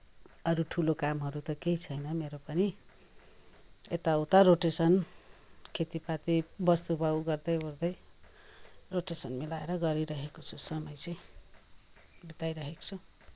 अरू ठुलो कामहरू त केही छैन मेरो पनि यता उता रोटेसन खेतिपाती वस्तुभाउ गर्दै ओर्दै रोटेसन मिलाेर गरिरहेको छु समय चाहिँ बिताइरहेको छु